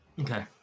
Okay